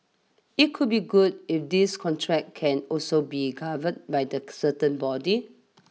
it could be good if this contract can also be governed by the certain body